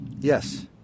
Yes